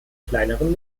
kleineren